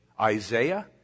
Isaiah